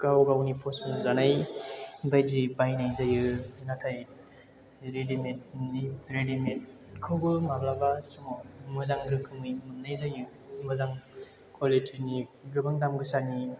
गाव गावनि फसन जानाय बायदि बायनाय जायो नाथाय रेडिमेदनि रेडिमेदखौबो माब्लाबा समाव मोजां रोखोमनि मोननाय जायो मोजां क्वालिटिनि गोबां दाम गोसानि